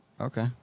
Okay